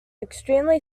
extremely